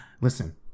Listen